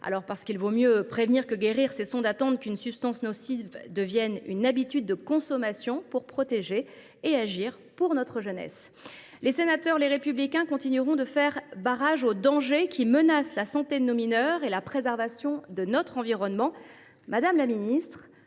Parce qu’il vaut mieux prévenir que guérir, n’attendons pas qu’une substance nocive devienne une habitude de consommation pour agir et pour protéger notre jeunesse. Les sénateurs Les Républicains continueront de faire barrage aux dangers qui menacent la santé de nos jeunes et la préservation de notre environnement. Madame la ministre,